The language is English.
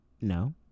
No